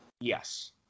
Yes